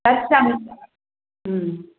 तत् सम्